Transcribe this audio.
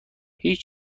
هیچ